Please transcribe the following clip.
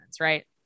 right